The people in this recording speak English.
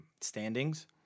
standings